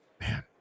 Man